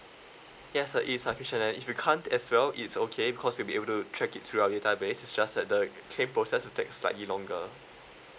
yes ah it's sufficient and if you can't as well it's okay because we'll be able to track it throughout the entire base it's just that the claim process will take slightly longer